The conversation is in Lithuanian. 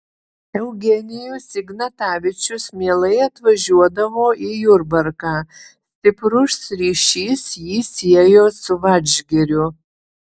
eugenijus ignatavičius mielai atvažiuodavo į jurbarką stiprus ryšys jį siejo su vadžgiriu